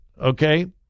okay